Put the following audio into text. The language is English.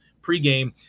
pregame